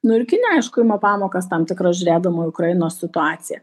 nu ir kinija aišku ima pamokas tam tikras žiūrėdama į ukrainos situaciją